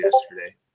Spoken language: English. yesterday